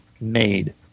made